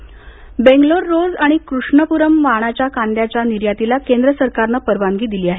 कांदा निर्यात बेंगलोर रोझ आणि कृष्णपुरम वाणाच्या कांद्याच्या निर्यातीला केंद्र सरकारनं परवानगी दिली आहे